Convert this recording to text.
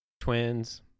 Twins